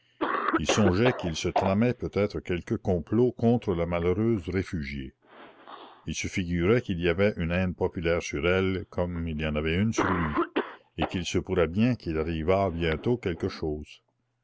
il songeait qu'il se tramait peut-être quelque complot contre la malheureuse réfugiée il se figurait qu'il y avait une haine populaire sur elle comme il y en avait une sur lui et qu'il se pourrait bien qu'il arrivât bientôt quelque chose